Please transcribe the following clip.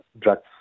drugs